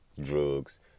drugs